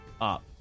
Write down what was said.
up